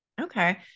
Okay